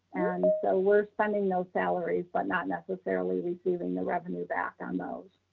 and so we're sending those salaries, but not necessarily receiving the revenue back on those.